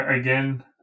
again –